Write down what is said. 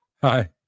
Hi